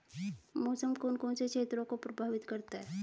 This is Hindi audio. मौसम कौन कौन से क्षेत्रों को प्रभावित करता है?